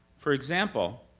for example,